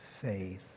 faith